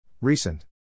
Recent